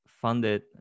funded